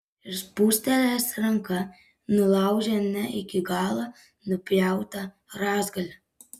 ir spūstelėjęs ranka nulaužė ne iki galo nupjautą rąstgalį